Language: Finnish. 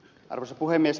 arvoisa puhemies